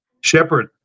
shepherd